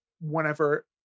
whenever